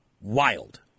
wild